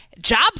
jobs